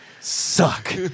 Suck